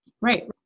right